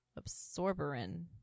Absorberin